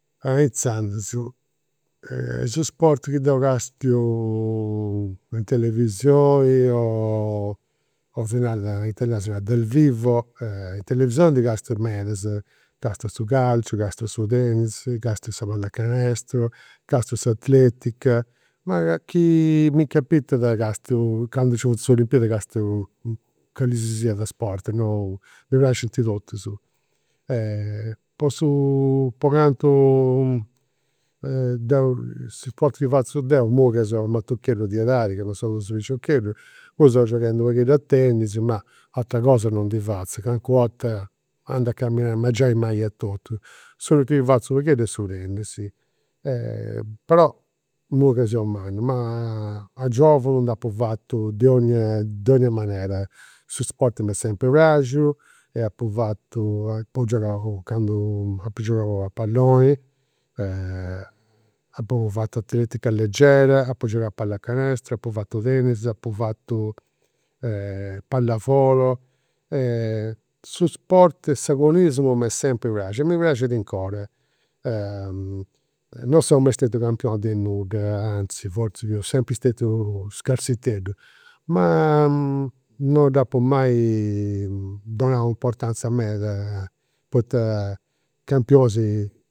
Inzandus, su sport chi deu castiu in televisioni o si narat, in italianu si narat dal vivo, in televisioni ndi castiu medas. Castiu su calciu, castiu su tennis, castiu sa pallacanestro, castiu s'atletica. Ma chi mi capitada castiu, candu nci funt is olimpiadis castiu calli si siat sport, no, mi praxint totus. Po su, po cantu deu su sport chi fatzu deu imui ca seu matucheddu di edadi, ca non seu prus piciocheddu, imui seu gioghendu u' pagheddu a tennis, ma, ateras cosas non ndi fatzu, calincuna 'orta andu a camminai ma giai mai a totu. Su chi fatzu u' pogheddu est su tennis. Però ca seu mannu, ma a giovunu nd'apu fatu de onnia, donnia manera. Su sport m'est sempri praxiu e apu fatu, apu giogau candu, apu giogau a palloni, apu fatu atletica leggera, apu giogau a pallacanestro, apu fatu tennis, apu fatu pallavolo. Su sport, s'agonismu m'est sempri praxiu e mi praxit 'ncora. Non seu mai stetiu campioni de nudda, anzis forzis fiu sempri scarsiteddu, ma non dd'apu mai donau importanza meda poita campionis